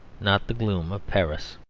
not the gloom of paris.